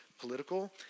political